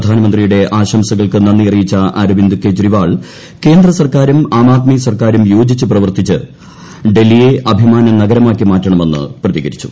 പ്രധാനമൃന്ത്രീയുടെ ആശംസകൾക്ക് നന്ദി അറിയിച്ചു അരവിന്ദ് കേജ്രിവാൾ ക്ടേന്ദ്രൻ്ട്രുക്കാരും ആം ആദ്മി സർക്കാരും യോജിച്ച് പ്രവർത്തിച്ച് ഡ്ൽഹിയെ അഭിമാന നഗരമാക്കി മാറ്റണമെന്ന് പ്രതികരിച്ചു